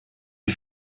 een